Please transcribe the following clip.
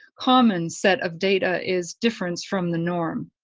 common set of data is difference from the norm.